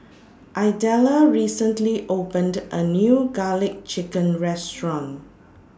Idella recently opened A New Garlic Chicken Restaurant